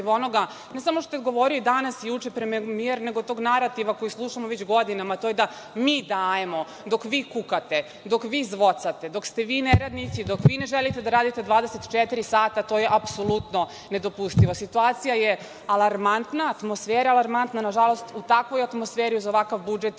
onoga, ne samo što je govorio danas i juče premijer, nego tog narativa koji slušamo već godinama, to je da mi dajemo, dok vi kukate, dok vi zvocate, dok ste vi neradnici, dok vi ne želite da radite 24 sata. To je apsolutno nedopustivo. Situacija je alarmantna, atmosfera alarmantna. Nažalost, u takvoj atmosferi uz ovakav budžet,